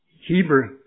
Hebrew